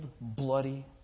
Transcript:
bloody